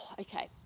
okay